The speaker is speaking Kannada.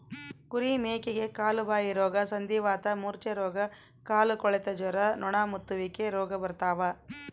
ಕುರಿ ಮೇಕೆಗೆ ಕಾಲುಬಾಯಿರೋಗ ಸಂಧಿವಾತ ಮೂರ್ಛೆರೋಗ ಕಾಲುಕೊಳೆತ ಜ್ವರ ನೊಣಮುತ್ತುವಿಕೆ ರೋಗ ಬರ್ತಾವ